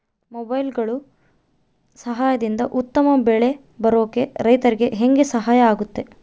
ಮೊಬೈಲುಗಳ ಸಹಾಯದಿಂದ ಉತ್ತಮ ಬೆಳೆ ಬರೋಕೆ ರೈತರಿಗೆ ಹೆಂಗೆ ಸಹಾಯ ಆಗುತ್ತೆ?